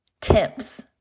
tips